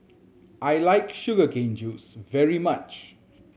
I like sugar cane juice very much